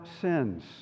sins